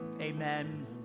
Amen